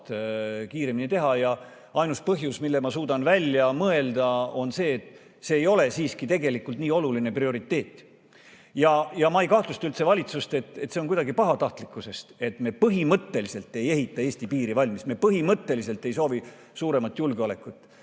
ja ainus põhjus, mille ma suudan välja mõelda, on see, et see ei ole siiski tegelikult nii oluline prioriteet. Ma ei kahtlusta üldse valitsust, et see on kuidagi pahatahtlikkusest, et me põhimõtteliselt ei ehita Eesti piiri valmis, me põhimõtteliselt ei soovi suuremat julgeolekut,